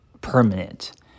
permanent